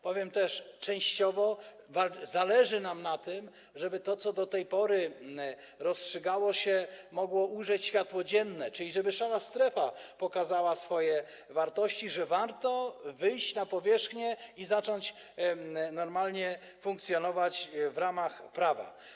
Powiem też, że częściowo zależy nam na tym, żeby to, co do tej pory rozstrzygało się, mogło ujrzeć światło dzienne, czyli żeby szara strefa pokazała swoje wartości, pokazała, że warto wyjść na powierzchnię i zacząć normalnie funkcjonować w ramach prawa.